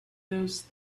those